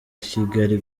kigali